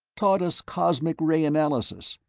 taught us cosmic-ray analysis,